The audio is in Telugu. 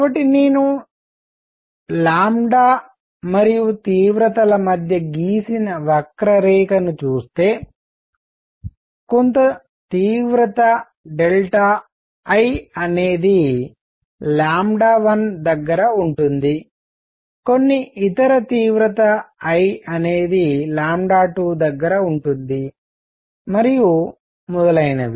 కాబట్టి నేను లాంబ్డా మరియు తీవ్రతల మధ్య గీసిన వక్రరేఖను చూస్తే కొంత తీవ్రత డెల్టా I అనేది1దగ్గర ఉంటుంది కొన్ని ఇతర తీవ్రత I అనేది 2దగ్గర ఉంటుంది మరియు మొదలయినవి